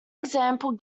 example